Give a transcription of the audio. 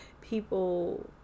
people